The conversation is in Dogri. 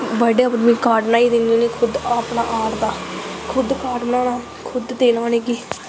बर्थडे उप्पर में कार्ड़ बनाईयै दिन्नी होनी खुद अपनें आर्ट दा खुद आर्ट बनाना खुद देनां उनेंगी